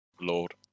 Lord